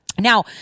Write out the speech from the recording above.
Now